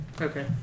Okay